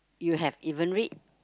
you have even read